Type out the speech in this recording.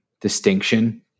distinction